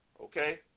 Okay